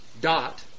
dot